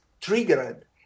triggered